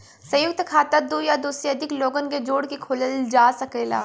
संयुक्त खाता दू या दू से अधिक लोगन के जोड़ के खोलल जा सकेला